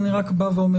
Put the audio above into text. אני רק בא ואומר,